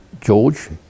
George